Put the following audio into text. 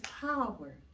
power